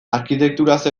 arkitekturaz